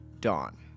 dawn